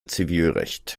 zivilrecht